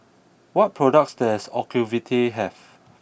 what products does Ocuvite have